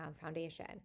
foundation